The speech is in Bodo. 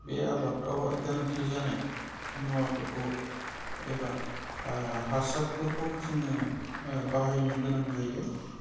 बे आबादावहाय गोनांथि जानाय मुवाफोरखौ एबा हासारफोरखौ जोङो बाहायनो गोनां जायो